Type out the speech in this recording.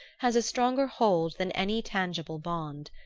has a stronger hold than any tangible bond.